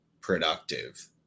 productive